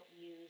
use